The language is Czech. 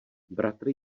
bratr